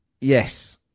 Yes